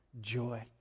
joy